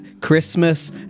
Christmas